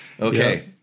Okay